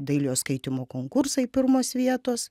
dailiojo skaitymo konkursai pirmos vietos